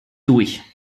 durch